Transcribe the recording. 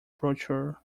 brochure